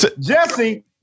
Jesse